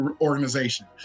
organization